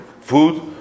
food